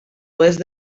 oest